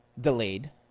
delayed